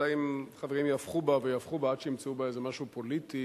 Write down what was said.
אלא אם חברים יהפכו בה ויהפכו בה עד שימצאו בה איזה משהו פוליטי